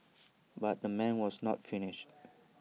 but the man was not finished